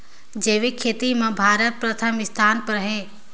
जैविक खेती म भारत प्रथम स्थान पर हे